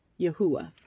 Yahuwah